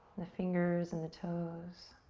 the fingers and the toes.